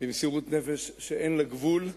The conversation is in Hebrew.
במסירות נפש שאין לה גבול,